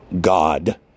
God